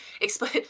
explain